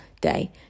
day